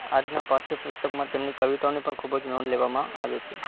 આજના પાઠ્યપુસ્તકમાં તેમની કવિતાઓની પણ ખૂબ જ નોંધ લેવામાં આવે છે